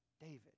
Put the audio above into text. David